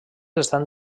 estan